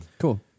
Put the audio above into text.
Cool